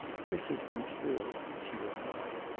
chris has been killed, she replied,